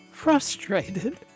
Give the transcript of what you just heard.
frustrated